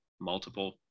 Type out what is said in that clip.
multiple